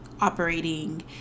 operating